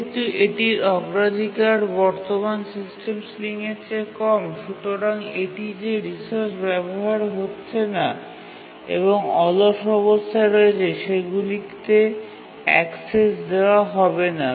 যেহেতু এটির অগ্রাধিকার বর্তমান সিস্টেম সিলিংয়ের চেয়ে কম সুতরাং এটি যে রিসোর্স ব্যবহৃত হচ্ছে না এবং অলস অবস্থায় রয়েছে সেগুলিতে অ্যাক্সেস দেওয়া হবে না